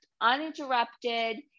uninterrupted